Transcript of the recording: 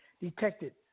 detected